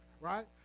right